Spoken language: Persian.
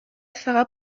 فقط